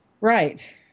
Right